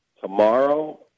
tomorrow